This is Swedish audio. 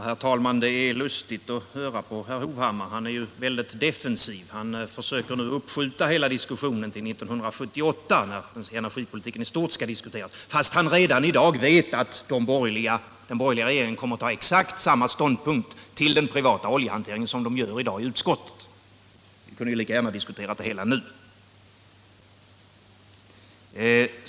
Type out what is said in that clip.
Herr talman! Det är lustigt att höra på herr Hovhammar. Han är mycket defensiv och försöker nu uppskjuta hela diskussionen till 1978, när energipolitiken i stort skall diskuteras, fast han redan i dag vet att den borgerliga regeringen kommer att ta exakt samma ståndpunkt till den privata oljehanteringen som de borgerliga i utskottet gör i dag. Man kunde ju lika gärna ha diskuterat det hela nu.